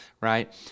right